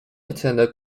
attended